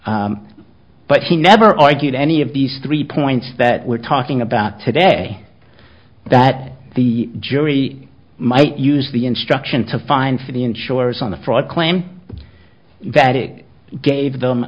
but he never argued any of these three points that we're talking about today that the jury might use the instruction to find for the insurers on the fraud claim that it gave them